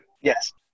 Yes